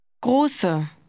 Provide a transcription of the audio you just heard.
Große